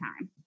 time